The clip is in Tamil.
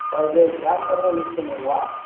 ஆ இது ஷாம்பெல்லாம் யூஸ் பண்ணுவீங்களா